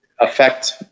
affect